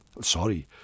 Sorry